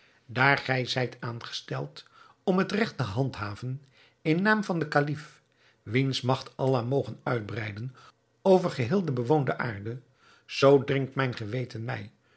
daar gij zijt aangesteld om het regt te handhaven in naam van den kalif wiens magt allah moge uitbreiden over geheel de bewoonde aarde zoo dringt mijn geweten mij